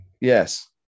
Yes